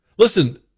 Listen